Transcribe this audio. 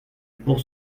pour